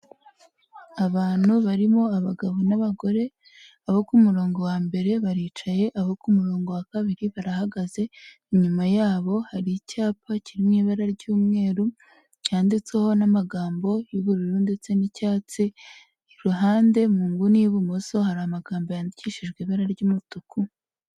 Abantu barimo abagabo n'abagore, abo ku murongo wa mbere baricaye, abo ku murongo wa kabiri barahagaze, inyuma yabo hari icyapa kirimo ibara ry'umweru cyanditseho n'amagambo y'ubururu ndetse n'icyatsi, iruhande mu nguni y'ibumoso hari amagambo yandikishijwe ibara ry'umutuku.